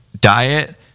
diet